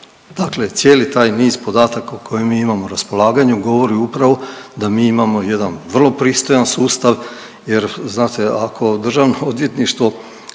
dakle cijeli taj niz podataka koje mi imamo na raspolaganju govori upravo da mi imamo jedan vrlo pristojan sustav jer znate ako državno odvjetništvo